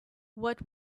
what